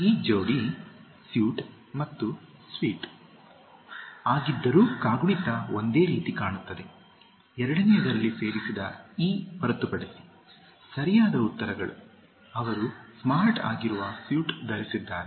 ಈ ಜೋಡಿ ಸ್ಯುಟ್ ಮತ್ತು ಸ್ವೀಟ್ ಆಗಿದ್ದರೂ ಕಾಗುಣಿತವು ಒಂದೇ ರೀತಿ ಕಾಣುತ್ತದೆ ಎರಡನೆಯದರಲ್ಲಿ ಸೇರಿಸಿದ ಇ ಹೊರತುಪಡಿಸಿ ಸರಿಯಾದ ಉತ್ತರಗಳು ಅವರು ಸ್ಮಾರ್ಟ್ಧಆಗಿರುವ ಸ್ಯುಟ್ ಧರಿಸಿದ್ಧಾರೆ